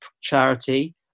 charity